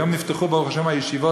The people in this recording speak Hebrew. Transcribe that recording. היום נפתחו ברוך השם הישיבות,